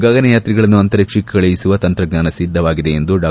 ಗಗನಯಾತ್ರಿಗಳನ್ನು ಅಂತರಿಕ್ಷಕ್ಕೆ ಕಳುಹಿಸುವ ತಂತ್ರಜ್ಞಾನ ಸಿದ್ಧವಾಗಿದೆ ಎಂದು ಡಾ